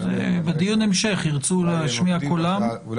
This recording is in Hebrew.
בדיון המשך ירצו להשמיע קולם --- אולי